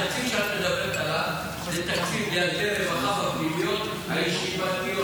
התקציב שאת מדברת עליו זה תקציב לילדי רווחה בפנימיות הישיבתיות.